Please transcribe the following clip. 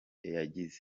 yagize